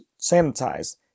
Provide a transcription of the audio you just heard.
sanitized